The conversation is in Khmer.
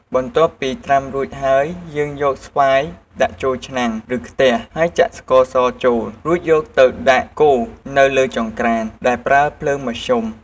បន្ទាប់ពីត្រាំរួចហើយ យើងយកស្វាយដាក់ចូលឆ្នាំង ឬខ្ទះ ហើយចាក់ស្ករសចូល រួចយកទៅដាក់កូរនៅលើចង្ក្រាន្តដែលប្រើភ្លើងមធ្យម។